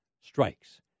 strikes